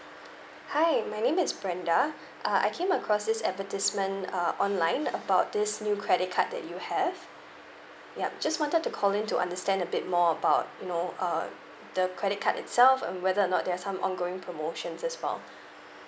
hi my name is brenda uh I came across this advertisement uh online about this new credit card that you have yup just wanted to call in to understand a bit more about you know uh the credit card itself um whether or not there're some ongoing promotions as well